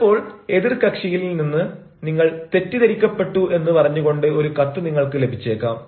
ചിലപ്പോൾ എതിർകക്ഷിയിൽ നിന്ന് നിങ്ങൾ തെറ്റിദ്ധരിക്കപ്പെട്ടു എന്ന് പറഞ്ഞുകൊണ്ട് ഒരു കത്ത് നിങ്ങൾക്ക് ലഭിച്ചേക്കാം